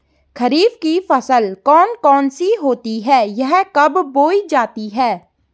खरीफ की फसल कौन कौन सी होती हैं यह कब बोई जाती हैं?